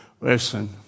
Listen